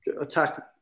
attack